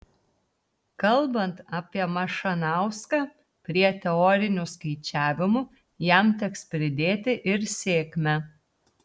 kalbant apie mašanauską prie teorinių skaičiavimų jam teks pridėti ir sėkmę